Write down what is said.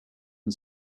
and